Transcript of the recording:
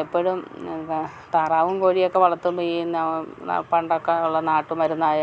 എപ്പോഴും എന്താ താറാവും കോഴിയെയൊക്കെ വളർത്തുമ്പം ഈ പണ്ടൊക്ക ഉള്ള നാട്ടുമരുന്നായ